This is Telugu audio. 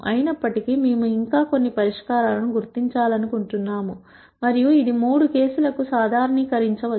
అయినప్పటికీ మేము ఇంకా కొన్ని పరిష్కారాలను గుర్తించాలనుకుంటున్నాము మరియు ఇది మూడు కేసులకు సాధారణీకరించవచ్చు